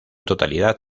totalidad